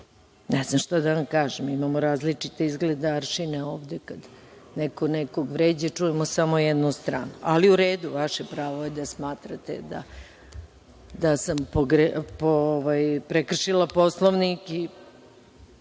je. Ne znam šta da vam kažem, imamo različite izgleda aršine ovde kada neko nekog vređa, čujemo samo jednu stranu. Ali, u redu, vaše pravo je da smatrate da sam prekršila Poslovnik i